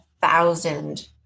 thousand